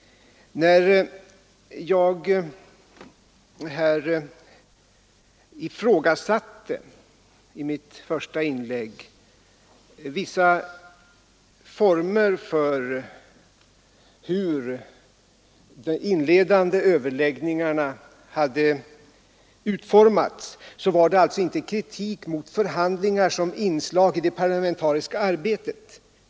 När jag i mitt första inlägg ifrågasatte hur de inledande överläggningarna hade utformats, var det inte en kritik mot förhandlingar såsom inslag i det parlamentariska arbetet.